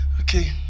Okay